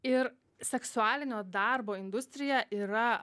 ir seksualinio darbo industrija yra